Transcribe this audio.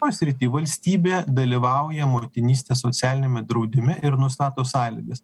toj srity valstybė dalyvauja motinystės socialiniame draudime ir nustato sąlygas